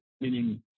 meaning